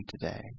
today